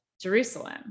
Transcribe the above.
Jerusalem